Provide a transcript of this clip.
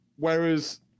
Whereas